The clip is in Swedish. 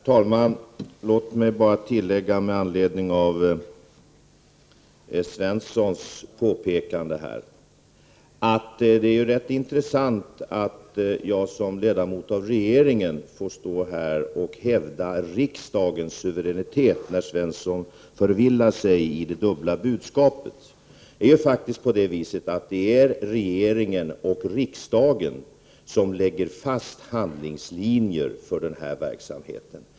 Herr talman! Låt mig bara med anledning av Svensons påpekande tillägga, att det är rätt intressant att jag som ledamot av regeringen får stå här och hävda riksdagens suveränitet, när Svenson förvillar sig i det dubbla budskapet. Det är faktiskt regeringen och riksdagen som lägger fast handlingslinjer för denna verksamhet.